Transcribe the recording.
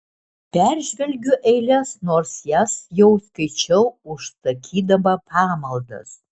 peržvelgiu eiles nors jas jau skaičiau užsakydama pamaldas